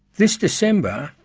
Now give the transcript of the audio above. this december,